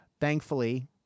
thankfully